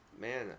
Man